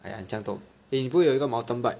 !aiya! 你这样多 eh 你不是有一个 mountain bike